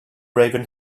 raven